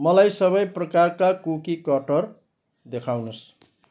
मलाई सबै प्रकारका कुकी कटर देखाउनुहोस्